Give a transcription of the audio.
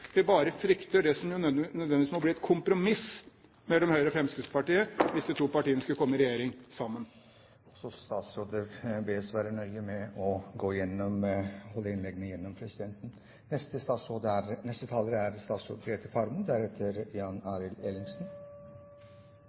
Vi bare frykter det som nødvendigvis må bli et kompromiss mellom Høyre og Fremskrittspartiet, hvis de to partiene skulle komme i regjering sammen. Også statsråder bes om å rette all tale til presidenten. Jeg har fått noen direkte spørsmål og skal prøve å svare på dem. Først vil jeg si at jeg er